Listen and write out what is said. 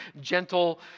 gentle